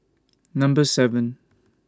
Number seven